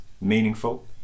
meaningful